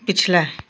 पिछला